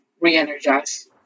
re-energize